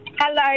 Hello